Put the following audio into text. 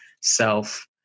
self